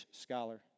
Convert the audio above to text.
scholar